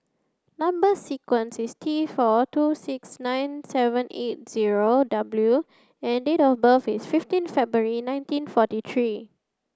number sequence is T four two six nine seven eight zero W and date of birth is fifteen February nineteen forty three